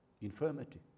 infirmity